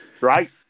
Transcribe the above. right